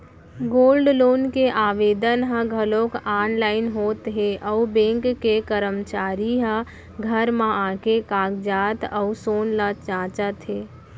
gold loan के आवेदन ह घलौक आनलाइन होत हे अउ बेंक के करमचारी ह घर म आके कागजात अउ सोन ल जांचत हे